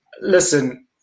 Listen